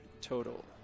total